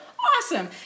awesome